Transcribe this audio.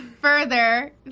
further